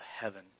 heaven